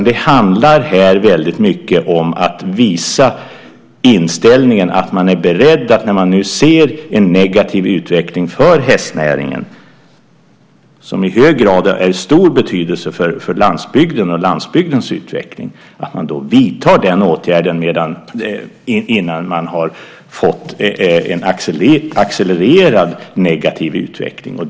Det handlar här väldigt mycket om att visa inställningen att man, när man nu ser en negativ utveckling för hästnäringen, som är av stor betydelse för landsbygden och landsbygdens utveckling, är beredd att vidta den åtgärden innan man har fått en accelererad negativ utveckling.